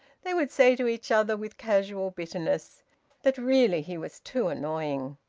they would say to each other with casual bitterness that really he was too annoying.